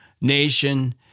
nation